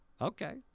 Okay